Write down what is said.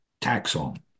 taxon